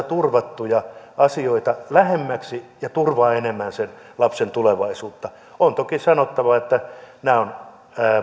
turvattuja asioita lähemmäksi ja turvaa enemmän sen lapsen tulevaisuutta on toki sanottava että nämä